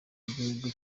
y’igihugu